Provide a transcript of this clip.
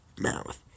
mouth